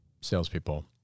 salespeople